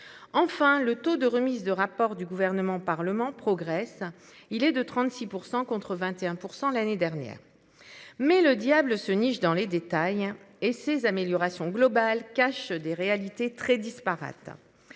Enfin le taux de remises de rapports du gouvernement, Parlement progresse. Il est de 36% contre 21% l'année dernière. Mais le diable se niche dans les détails hein et ces amélioration globale cache des réalités très disparates.